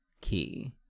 key